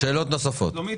שלומית,